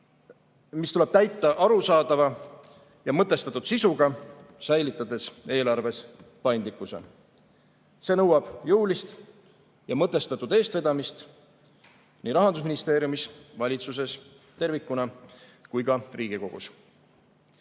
mis tuleb täita arusaadava ja mõtestatud sisuga, säilitades eelarves paindlikkuse. See nõuab jõulist ja mõtestatud eestvedamist nii Rahandusministeeriumis, valitsuses tervikuna kui ka Riigikogus.